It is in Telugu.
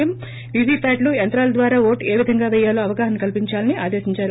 ఎంవివి ప్యాట్ లు యంత్రాల ద్వారా ఓటు ఏవిధంగా పెయాలో అవగాహన కల్పించాలని ఆదేశించారు